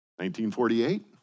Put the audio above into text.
1948